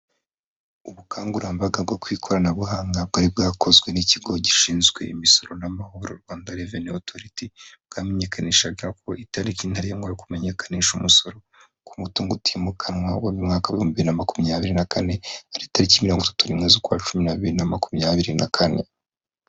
Ubukangurambaga bwo ku ikoranabuhanga bwari bwakozwe n'ikigo gishinzwe imisoro n'amahoro rwanda reveni otoriti, bwamenyekanishaga ko itariki ntarengwa yo kumenyekanisha umusoro ku mutungo utimukanwa wo mu mwaka w'ibihumbi bibiri na makumyabiri na kane, ari itariki mirongo itatu n'imwe z'ukwa cumi, bibiri na makumyabiri na kane.